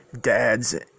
dads